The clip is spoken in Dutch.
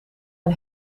een